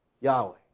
Yahweh